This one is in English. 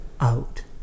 out